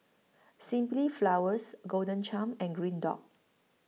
Simply Flowers Golden Churn and Green Dot